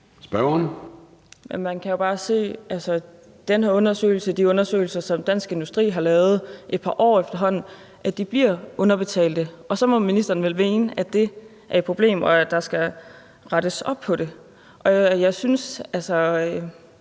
se af den her undersøgelse og de undersøgelser, som Dansk Industri har lavet i et par år efterhånden, at de bliver underbetalt, og så må ministeren vel mene, at det er et problem, og at der skal rettes op på det. Jeg synes helt